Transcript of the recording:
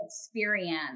experience